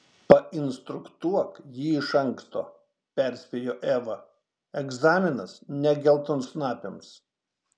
painstruktuok jį iš anksto perspėjo eva egzaminas ne geltonsnapiams